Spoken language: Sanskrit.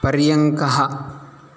पर्यङ्कः